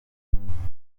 nifatanyije